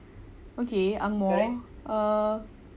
okay ang moh err